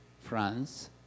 France